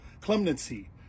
clemency